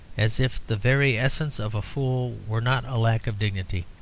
as if the very essence of a fool were not a lack of dignity.